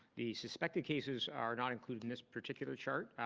the suspected cases are not included in this particular chart.